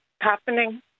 happening